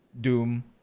Doom